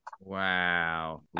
Wow